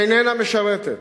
איננה משרתת,